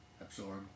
absorb